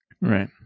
right